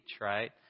right